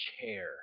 chair